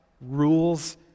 rules